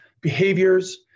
behaviors